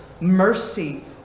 mercy